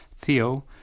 Theo